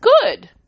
good